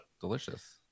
Delicious